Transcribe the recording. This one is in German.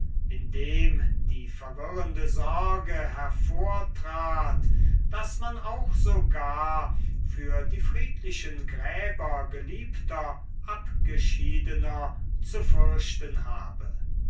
indem die verwirrende sorge hervortrat daß man auch sogar für die friedlichen gräber geliebter abgeschiedener zu fürchten habe